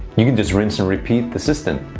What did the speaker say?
you can just rinse and repeat the system.